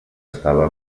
estava